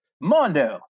mondo